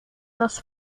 los